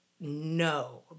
No